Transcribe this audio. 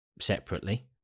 separately